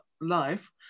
life